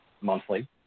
monthly